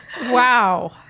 Wow